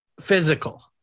physical